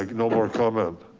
like no more comment.